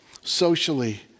socially